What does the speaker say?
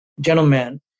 gentlemen